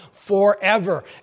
forever